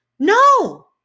No